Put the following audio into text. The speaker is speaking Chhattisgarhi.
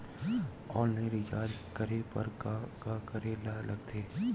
ऑनलाइन रिचार्ज करे बर का का करे ल लगथे?